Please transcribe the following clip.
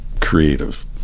creative